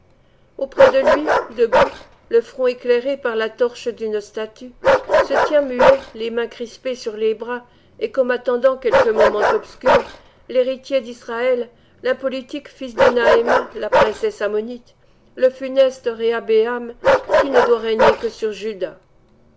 auprès de lui debout le front éclairé par la torche d'une statue se tient muet les mains crispées sur les bras et comme attendant quelque moment obscur l'héritier d'israël l'impolitique fils de naëma la princesse ammonite le funeste réhabëam qui ne doit régner que sur juda